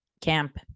camp